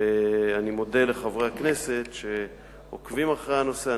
ואני מודה לחברי הכנסת שעוקבים אחרי הנושא.